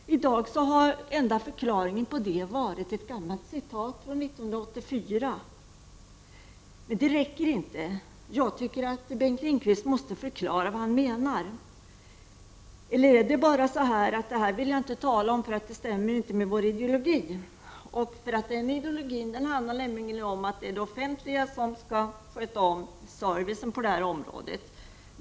I dag har den enda förklaringen varit ett gammalt citat från 1984. Men det räcker inte. Jag tycker att Bengt Lindqvist måste förklara vad han menar. Eller är det så att han inte vill tala om detta för att det inte stämmer med socialdemokraternas ideologi? Den ideologin handlar om att det är det offentliga som skall sköta servicen på det här området.